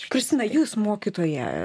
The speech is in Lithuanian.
kristina jūs mokytoja